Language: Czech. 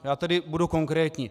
Já tedy budu konkrétní.